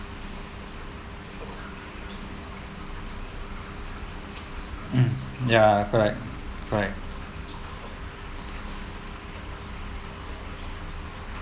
mm ya correct correct